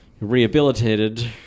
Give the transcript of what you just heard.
rehabilitated